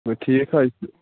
ٹھیٖک حظ